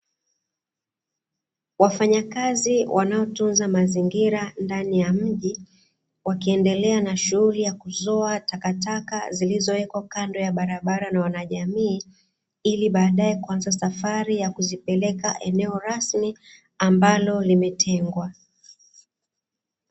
Wafanyakazi wanaotunza mazingira ndani ya mji, wakiendelea na shughuli ya kuzoa takataka zilizowekwa kando ya barabara na wanajamii, ili baadae kuanza safari ya kuzipeleka eneo rasmi, ambalo limetengwa.